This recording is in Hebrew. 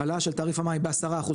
העלאה של מחיר המים בעשרה אחוז,